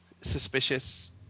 suspicious